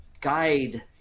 guide